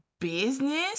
business